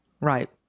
Right